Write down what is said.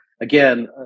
again